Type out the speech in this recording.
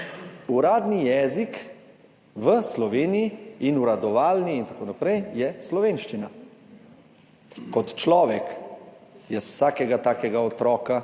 Uradni jezik v Sloveniji, in uradovalni in tako naprej, je slovenščina.« Kot človek jaz vsakega takega otroka,